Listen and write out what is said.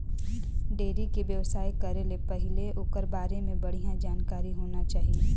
dairy के बेवसाय करे ले पहिले ओखर बारे में बड़िहा जानकारी होना चाही